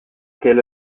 quelle